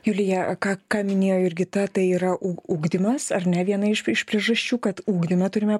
julija ką ką minėjo jurgita tai yra ug ugdymas ar ne viena iš iš priežasčių kad ugdymą turime